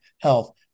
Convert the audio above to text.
health